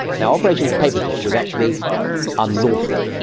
and operation paperclip was actually unlawful,